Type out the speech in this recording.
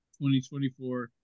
2024